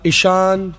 Ishan